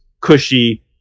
cushy